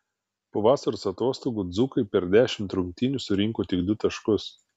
po vasaros atostogų dzūkai per dešimt rungtynių surinko tik du taškus